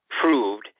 proved